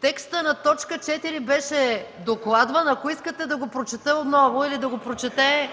Текстът на т. 4 беше докладван, ако искате да го прочета отново… Моля, гласувайте.